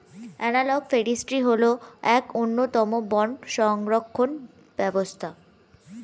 analogue forestry হল এক অন্যতম বন সংরক্ষণ ব্যবস্থা